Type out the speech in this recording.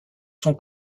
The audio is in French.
son